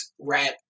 rap